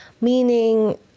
meaning